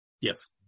Yes